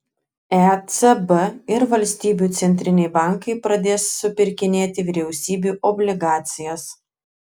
ecb ir valstybių centriniai bankai pradės supirkinėti vyriausybių obligacijas